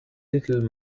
little